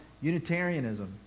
Unitarianism